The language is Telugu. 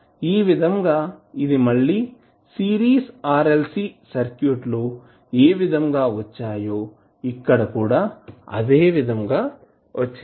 ఈ విధంగా ఇది మళ్ళి సిరీస్ RLC సర్క్యూట్ లో ఏ విధంగా వచ్చాయో ఇక్కడ కూడా అదే విధంగా వచ్చింది